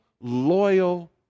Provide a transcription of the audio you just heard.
loyal